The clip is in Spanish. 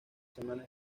semana